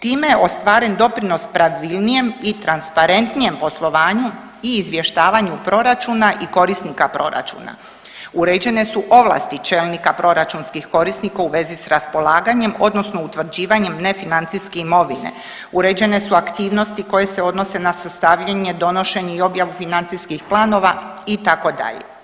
Time je ostvaren doprinos pravilnijem i transparentnijem poslovanju i izvještavanju proračuna i korisnika proračuna, uređene su ovlasti čelnika proračunskih korisnika u vezi s raspolaganjem odnosno utvrđivanjem nefinancijske imovine, uređene su aktivnosti koje se odnose na sastavljanje, donošenje i objavu financijskih planova itd.